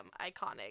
iconic